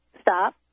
stop